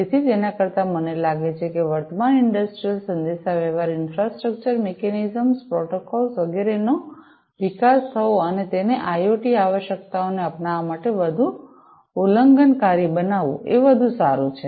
તેથી તેના કરતાં મને લાગે છે કે વર્તમાન ઇંડસ્ટ્રિયલ સંદેશાવ્યવહાર ઇન્ફ્રાસ્ટ્રક્ચર મિકેનિઝમ્સ પ્રોટોકોલ્સ વગેરેનો વિકાસ થવો અને તેને આઇઓટી આવશ્યકતાઓને અપનાવવા માટે વધુ ઉલ્લંઘનકારી બનાવવું એ વધુ સારું છે